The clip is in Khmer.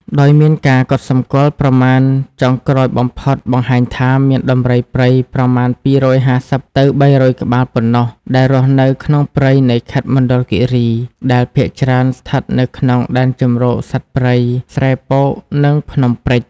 ដោយមានការកត់សម្គាល់ប្រមាណចុងក្រោយបំផុតបង្ហាញថា មានដំរីព្រៃប្រមាណ ២៥០ ទៅ ៣០០ក្បាលប៉ុណ្ណោះដែលរស់នៅក្នុងព្រៃនៃខេត្តមណ្ឌលគិរី ដែលភាគច្រើនស្ថិតនៅក្នុងដែនជម្រកសត្វព្រៃស្រែពក និងភ្នំព្រេច។